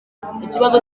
ikibazo